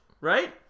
right